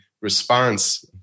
response